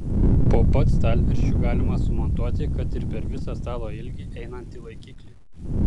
po pat stalviršiu galima sumontuoti kad ir per visą stalo ilgį einantį laikiklį